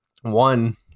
one